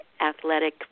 athletic